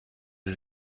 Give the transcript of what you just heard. sie